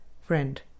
Friend